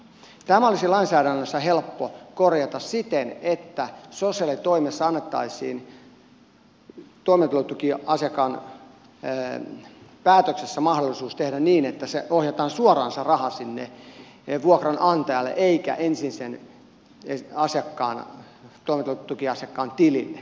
tämä olisi lainsäädännössä helppo korjata siten että sosiaalitoimessa annettaisiin toimeentulotukiasiakkaan päätöksessä mahdollisuus tehdä niin että se raha ohjataan suoraan sinne vuokranantajalle eikä ensin sen toimeentulotukiasiakkaan tilille